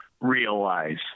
realize